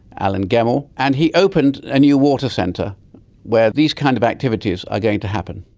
alan gemmell, and he opened a new water centre where these kind of activities are going to happen.